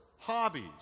hobbies